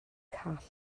call